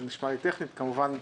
טכנית כמובן,